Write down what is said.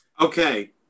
Okay